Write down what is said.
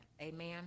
amen